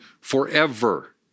forever